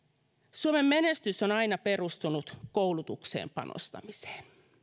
suomen menestys on aina perustunut koulutukseen panostamiseen